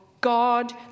God